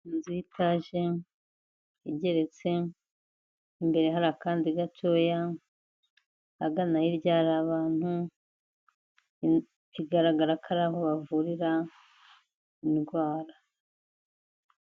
Inzu y'itaje, igeretse, imbere hari akandi gatoya, ahagana hirya hari abantu, bigaragara ko ari aho bavurira indwara.